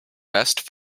best